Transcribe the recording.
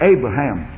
Abraham